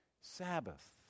Sabbath